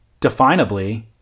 definably